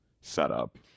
setup